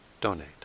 donate